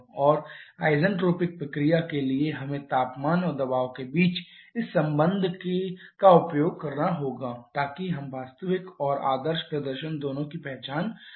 और आइसेंट्रोपिक प्रक्रिया के लिए हमें तापमान और दबाव के बीच इस तरह के संबंध का उपयोग करना होगा ताकि हम वास्तविक और आदर्श प्रदर्शन दोनों की पहचान कर सकें